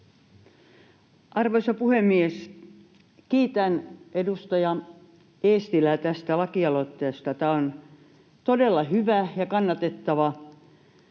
Arvoisa puhemies! Kiitän edustaja Eestilää tästä lakialoitteesta. Tämä on todella hyvä ja kannatettava.